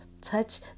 touch